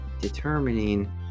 determining